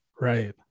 right